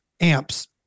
amps